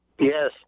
Yes